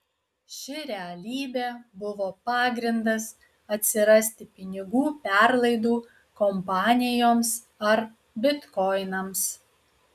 ši realybė buvo pagrindas atsirasti pinigų perlaidų kompanijoms ar bitkoinams